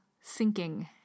sinking